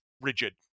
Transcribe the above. rigid